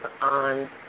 on